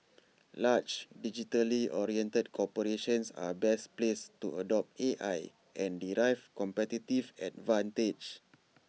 large digitally oriented corporations are best placed to adopt A I and derive competitive advantage